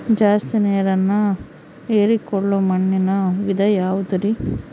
ಜಾಸ್ತಿ ನೇರನ್ನ ಹೇರಿಕೊಳ್ಳೊ ಮಣ್ಣಿನ ವಿಧ ಯಾವುದುರಿ?